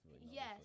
yes